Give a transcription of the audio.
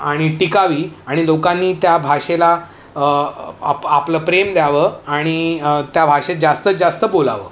आणि टिकावी आणि लोकांनी त्या भाषेला आप् आपलं प्रेम द्यावं आणि त्या भाषेत जास्तीत जास्त बोलावं